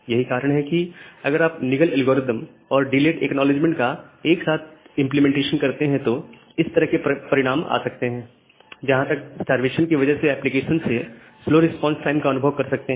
यही कारण है कि अगर आप निगल एल्गोरिदम और डिलेड एक्नॉलेजमेंट एक साथ इंप्लीमेंट करते हैं तो इस तरह के परिणाम आ सकते हैं जहां आप स्टार्वेशन की वजह से एप्लीकेशन से स्लो रिस्पांस टाइम का अनुभव कर सकते हैं